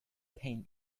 pain